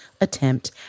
attempt